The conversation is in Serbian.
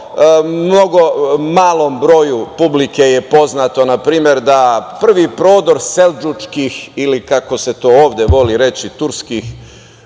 mnogo malom broju publike je poznato na primer da prvi prodor seldžučkih ili kako se to ovde voli reći, turskih